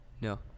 No